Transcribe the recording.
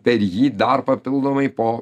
per jį dar papildomai po